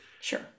Sure